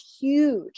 huge